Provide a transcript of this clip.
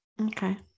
Okay